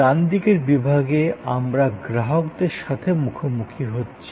ডান দিকের বিভাগে আমরা গ্রাহকদের সাথে মুখোমুখি হচ্ছি